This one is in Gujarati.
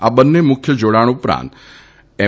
આ બન્ને મુખ્ય જોડાણ ઉપરાંત એમ